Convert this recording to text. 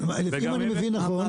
אם אני מבין נכון,